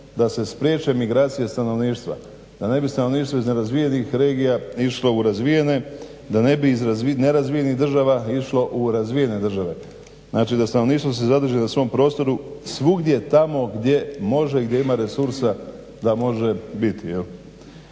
da se spriječe migracije stanovništva da ne bi stanovništvo iz nerazvijenih regija išlo u razvijene, da ne bi iz nerazvijenih država išlo u razvijene države. Znači da stanovništvo se zadrži na svom prostoru svugdje tamo gdje može, gdje ima resursa da može biti.